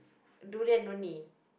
durian only